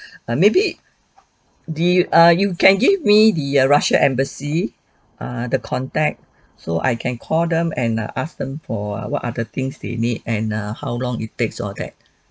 err maybe the uh you can give me the err russia embassy err ] the contact so I can call them and ask them for what are the things they need and uh how long it takes all that